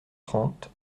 trente